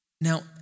Now